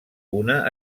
una